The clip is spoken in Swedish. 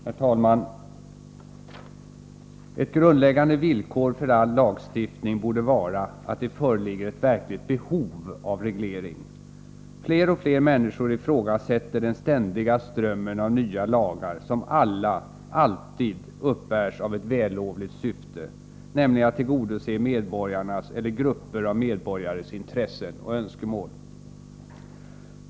Herr talman! Ett grundläggande villkor för all lagstiftning borde vara att det föreligger ett verkligt behov av reglering. Allt fler människor ifrågasätter den ständiga strömmen av nya lagar som alla, och alltid, uppbärs av ett vällovligt syfte, nämligen att tillgodose medborgarnas eller grupper av medborgares intressen och önskemål.